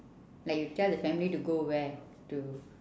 like you tell the family to go where to